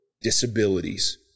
disabilities